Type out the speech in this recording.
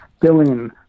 billing